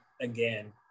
again